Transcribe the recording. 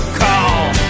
call